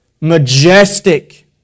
majestic